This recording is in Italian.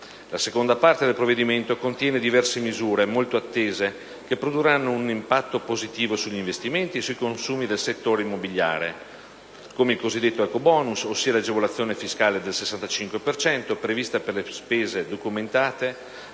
La seconda parte del provvedimento contiene diverse misure, molto attese, che produrranno un impatto positivo sugli investimenti e sui consumi nel settore immobiliare; come il cosiddetto ecobonus, ossia l'agevolazione fiscale del 65 per cento, prevista per le spese documentate